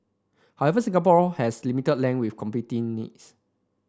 however Singapore has limited land with competing needs